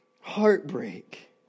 heartbreak